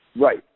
Right